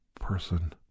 person